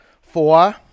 Four